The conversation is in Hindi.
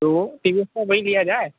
तो टी वी एस का वही लिया जाए